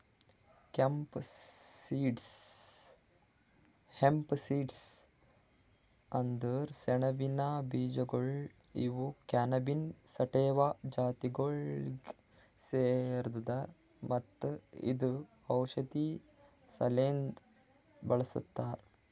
hemp seeds ಅಂದುರ್ ಸೆಣಬಿನ ಬೀಜಗೊಳ್ ಇವು ಕ್ಯಾನಬಿಸ್ ಸಟಿವಾ ಜಾತಿಗೊಳಿಗ್ ಸೇರ್ತದ ಮತ್ತ ಇದು ಔಷಧಿ ಸಲೆಂದ್ ಬಳ್ಸತಾರ್